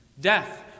Death